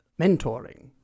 mentoring